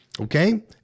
Okay